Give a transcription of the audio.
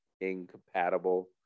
incompatible